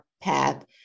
path